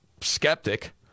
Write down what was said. skeptic